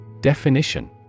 Definition